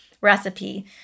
recipe